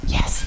Yes